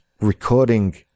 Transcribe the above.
recording